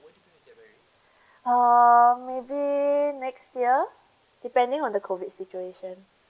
uh maybe next year depending on the COVID situation